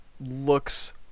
looks